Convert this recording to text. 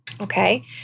okay